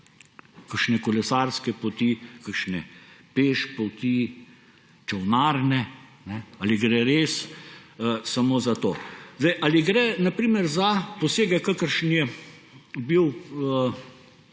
kakšne kolesarske poti, kakšne pešpoti, čolnarne? Ali gre res samo za to? Ali gre na primer za posege, kakršen je bil